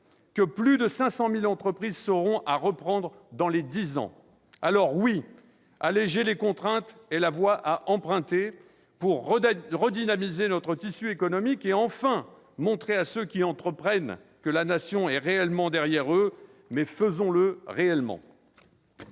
que plus de 500 000 entreprises seront à reprendre dans les dix prochaines années. Alors oui, alléger les contraintes est la voie à emprunter pour redynamiser notre tissu économique et montrer enfin à ceux qui entreprennent que la Nation est derrière eux. Mais faisons-le réellement